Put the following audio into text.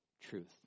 truth